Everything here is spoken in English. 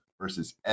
versus